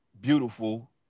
beautiful